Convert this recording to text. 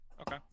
Okay